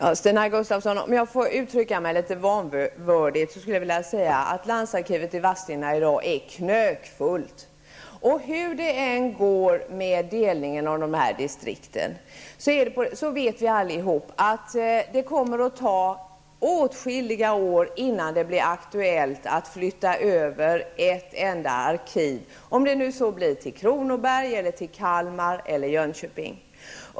Fru talman! Om jag får, Stina Gustavsson, uttrycka mig litet vanvördigt skulle jag vilja säga att landsarkivet i Vadstena i dag är ''knögfullt''. Hur det än går med delningen av distrikten vet vi alla att det kommer att ta åtskilliga år innan det blir aktuellt att flytta över ett enda arkiv, om det nu blir till Kronoberg, Kalmar eller Jönköping.